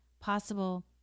possible